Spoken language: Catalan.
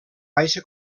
baixa